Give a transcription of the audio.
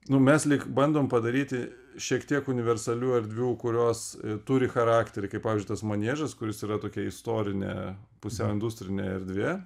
nu mes lyg bandom padaryti šiek tiek universalių erdvių kurios turi charakterį kaip pavyzdžiui tas maniežas kuris yra tokia istorinė pusiau industrinė erdvė